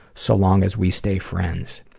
so long as we stay friends.